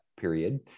period